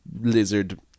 lizard